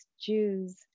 Jews